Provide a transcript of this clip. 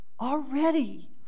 Already